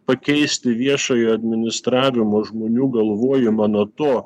pakeisti viešojo administravimo žmonių galvojimą nuo to